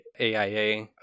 aia